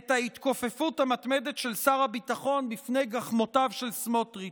את ההתכופפות המתמדת של שר הביטחון בפני גחמותיו של סמוטריץ'.